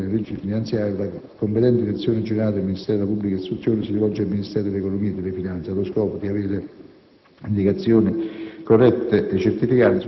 che ogni anno sono presenti nelle leggi finanziarie, la competente Direzione generale del Ministero della pubblica istruzione si rivolge al Ministero dell'economia e delle finanze allo scopo di avere indicazioni